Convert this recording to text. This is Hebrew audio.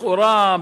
לכאורה,